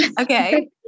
Okay